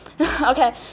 Okay